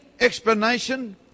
explanation